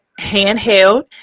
handheld